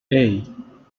hey